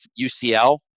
UCL